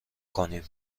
کنیم